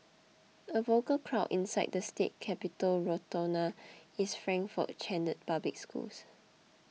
a vocal crowd inside the state capitol rotunda is Frankfort chanted public schools